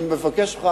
אני מבקש ממך,